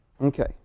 Okay